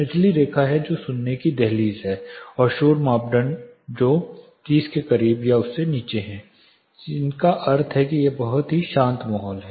निचली रेखा है जो सुनने की दहलीज है और शोर मानदंड जो 30 के करीब या उससे नीचे है जिसका अर्थ है कि यह एक बहुत ही शांत माहौल है